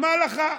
כבוד היושב-ראש,